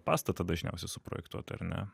pastatą dažniausiai suprojektuot ar ne